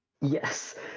yes